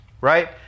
right